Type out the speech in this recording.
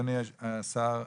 אדוני השר,